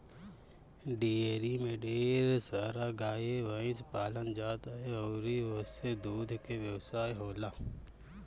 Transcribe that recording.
dairy में ढेर सारा गाए भइस पालल जात ह अउरी ओसे दूध के व्यवसाय होएला